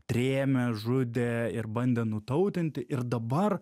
trėmė žudė ir bandė nutautinti ir dabar